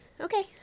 okay